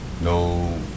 No